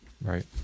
Right